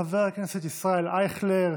חבר הכנסת ישראל אייכלר,